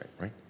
right